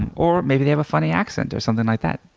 and or maybe they have a funny accent or something like that.